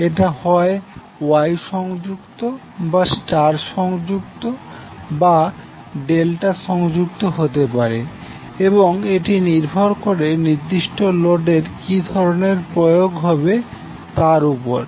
এটা হয় ওয়াই সংযুক্ত বা স্টার সংযুক্ত বা ডেল্টা সংযুক্ত হতে পারে এবং এটি নির্ভর করে নির্দিষ্ট লোডের কী ধরনের প্রয়োগ হবে তার উপর